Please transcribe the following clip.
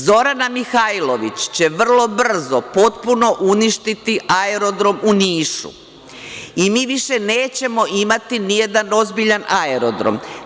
Zorana Mihajlović će vrlo brzo potpuno uništiti aerodrom u Nišu i mi više nećemo imati nijedan ozbiljan aerodrom.